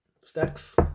Stacks